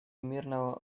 мирного